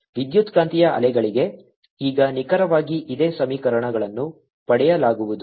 ವಿದ್ಯುತ್ಕಾಂತೀಯ ಅಲೆಗಳಿಗೆ ಈಗ ನಿಖರವಾಗಿ ಇದೇ ಸಮೀಕರಣಗಳನ್ನು ಪಡೆಯಲಾಗುವುದು